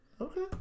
Okay